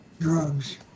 Drugs